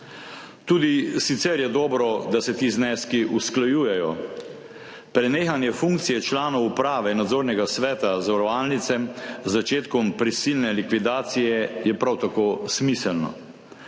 Tudi sicer je dobro, da se ti zneski usklajujejo. Prenehanje funkcije članov uprave, nadzornega sveta zavarovalnice z začetkom prisilne likvidacije je prav tako smiselno.